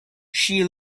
she